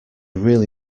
really